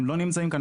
הם לא נמצאים כאן,